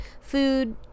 food